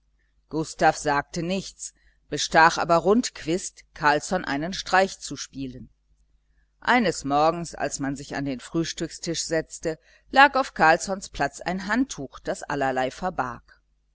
gustav sagte nichts bestach aber rundquist carlsson einen streich zu spielen eines morgens als man sich an den frühstückstisch setzte lag auf carlssons platz ein handtuch das allerlei verbarg